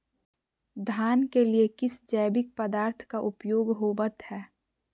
धान के लिए किस जैविक पदार्थ का उपयोग होवत है?